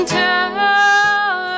tell